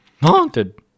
Haunted